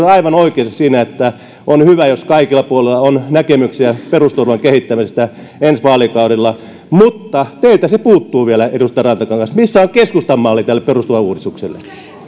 on aivan oikeassa siinä että on hyvä jos kaikilla puolueilla on näkemyksiä perusturvan kehittämisestä ensi vaalikaudella mutta teiltä se vielä puuttuu edustaja rantakangas missä on keskustan malli tälle perusturvauudistukselle